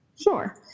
Sure